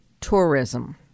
tourism